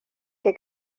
que